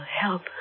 help